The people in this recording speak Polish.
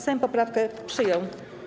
Sejm poprawkę przyjął.